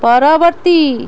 ପରବର୍ତ୍ତୀ